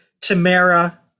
Tamara